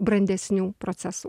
brandesnių procesų